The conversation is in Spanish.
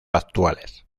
actuales